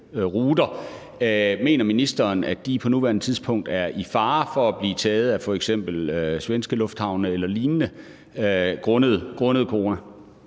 Mener ministeren, at de på nuværende tidspunkt er i fare for at blive taget af f.eks. svenske lufthavne eller lignende grundet corona?